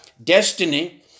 destiny